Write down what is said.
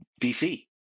DC